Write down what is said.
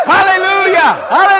Hallelujah